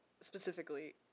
specifically